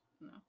No